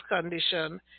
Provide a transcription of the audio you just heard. condition